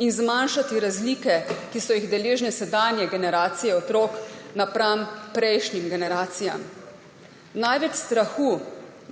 in zmanjšati razlike, ki so jih deležne sedanje generacije otrok napram prejšnjim generacijam. Največ strahu,